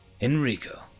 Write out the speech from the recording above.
Enrico